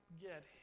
get